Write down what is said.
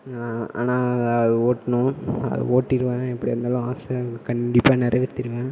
ஆனால் ஓட்டணும் ஓட்டிடுவேன் எப்படியா இருந்தாலும் ஆசை எனக்கு கண்டிப்பாக நிறைவேத்திருவேன்